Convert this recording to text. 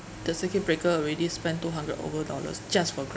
the circuit breaker already spend two hundred over dollars just for Grab